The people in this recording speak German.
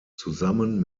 zusammen